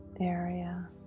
area